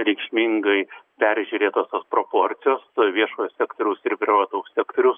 reikšmingai peržiūrėtos tos proporcijos viešojo sektoriaus ir privataus sektoriaus